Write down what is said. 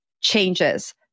changes